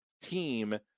team